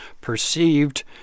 perceived